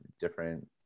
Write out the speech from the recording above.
different